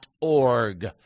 org